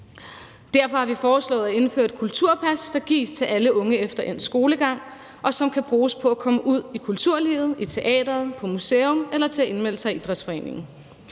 Derfor har vi foreslået at indføre et kulturpas, der skal gives til alle unge efter endt skolegang, og som kan bruges på at komme ud i kulturlivet: i teateret, på museum eller til at melde sig ind i idrætsforeningen.